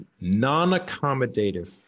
non-accommodative